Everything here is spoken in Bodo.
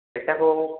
फैसाखौ